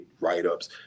write-ups